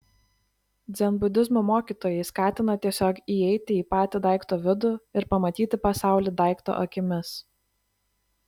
dzenbudizmo mokytojai skatina tiesiog įeiti į patį daikto vidų ir pamatyti pasaulį daikto akimis